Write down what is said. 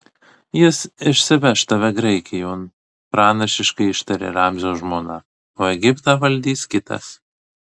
jis išsiveš tave graikijon pranašiškai ištarė ramzio žmona o egiptą valdys kitas